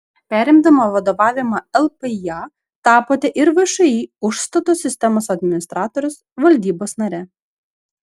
perimdama vadovavimą lpįa tapote ir všį užstato sistemos administratorius valdybos nare